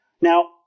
Now